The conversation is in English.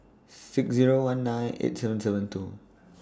six Zero one nine eight seven seven two